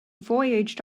voyaged